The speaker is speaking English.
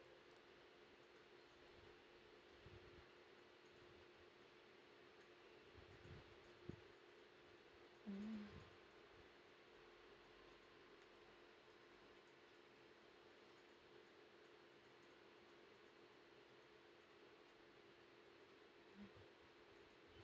mm